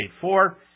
four